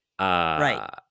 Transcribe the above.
right